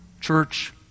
church